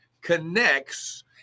connects